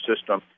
system